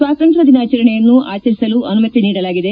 ಸ್ವಾತಂತ್ರ್ಯ ದಿನಾಚರಣೆಯನ್ನು ಆಚರಿಸಲು ಅನುಮತಿಸಲಾಗಿದೆ